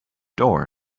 door